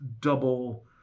double